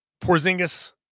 Porzingis